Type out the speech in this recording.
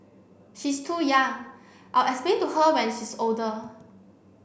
she's too young I'll explain to her when she's older